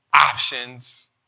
options